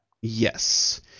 Yes